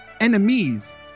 enemies